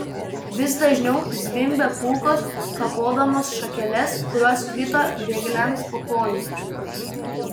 vis dažniau zvimbė kulkos kapodamos šakeles kurios krito bėgliams po kojų